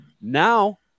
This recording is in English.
Now